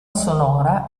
sonora